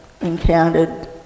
encountered